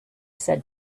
said